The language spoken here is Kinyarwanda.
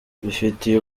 mbifitiye